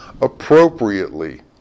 appropriately